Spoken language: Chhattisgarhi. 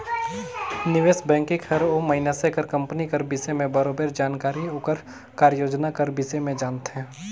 निवेस बैंकिंग हर ओ मइनसे कर कंपनी कर बिसे में बरोबेर जानथे ओकर कारयोजना कर बिसे में जानथे